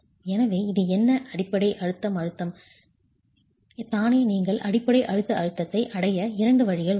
எனவே இது என்ன அடிப்படை அழுத்த அழுத்தம் தானே நீங்கள் அடிப்படை அழுத்த அழுத்தத்தை அடைய இரண்டு வழிகள் உள்ளன